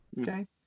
Okay